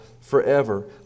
forever